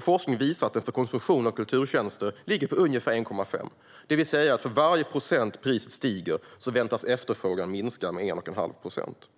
Forskning visar att den för konsumtion av kulturtjänster ligger på ungefär 1,5. Det vill säga att för varje procent priset stiger väntas efterfrågan minska med 1,5 procent.